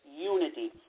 unity